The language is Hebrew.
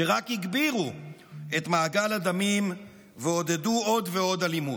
שרק הגבירו את מעגל הדמים ועודדו עוד ועוד אלימות.